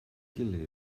gilydd